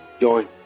Join